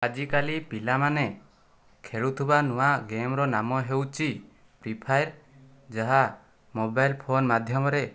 ଆଜିକାଲି ପିଲାମାନେ ଖେଳୁଥିବା ନୂଆ ଗେମର ନାମ ହେଉଛି ଫ୍ରି ଫାୟାର ଯାହା ମୋବାଇଲ ଫୋନ ମାଧ୍ୟମରେ